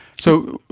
so